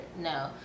No